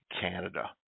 Canada